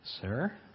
Sir